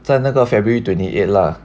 在那个 february twenty eight lah